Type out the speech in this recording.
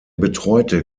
betreute